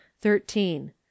Thirteen